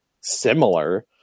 similar